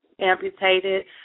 amputated